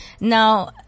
now